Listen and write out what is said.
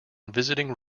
visiting